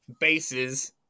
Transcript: bases